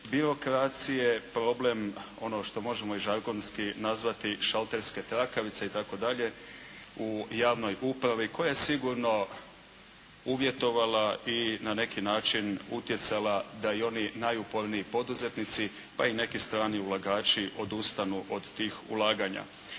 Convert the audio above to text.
birokracije, problem, ono što možemo i žargonski nazvati "šalterske trakavice" itd. u javnoj upravi koja je sigurno uvjetovala i, na neki način utjecala da i oni najuporniji poduzetnici, pa i neki strani ulagači odustanu od tih ulaganja.